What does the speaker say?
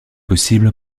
possible